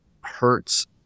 hurts